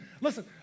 Listen